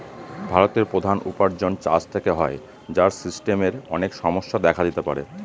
ভারতের প্রধান উপার্জন চাষ থেকে হয়, যার সিস্টেমের অনেক সমস্যা দেখা দিতে পারে